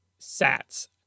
sats